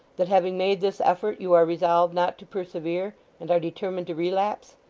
that having made this effort, you are resolved not to persevere and are determined to relapse?